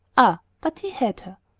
ah, but he had her!